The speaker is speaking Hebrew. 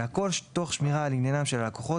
והכול תוך שמירה על עניינם של הלקוחות